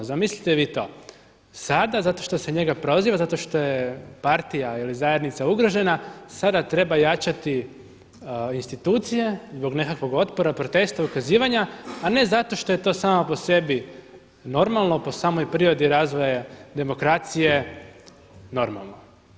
Zamislite vi to, sada zato što se njega proziva, zato što je partija ili zajednica ugrožena sada treba jačati institucije zbog nekakvog otpora, protesta, ukazivanja a ne zato što je to samo po sebi normalno, po samoj prirodi razvoja demokracije normalno.